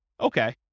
Okay